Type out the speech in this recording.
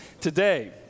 Today